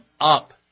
up